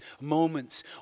moments